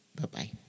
Bye-bye